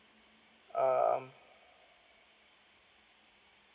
um